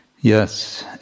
yes